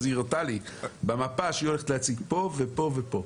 אז היא הראתה לי במפה שהיא הולכת להציב פה ופה ופה.